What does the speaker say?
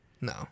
No